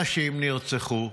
נשים נרצחו,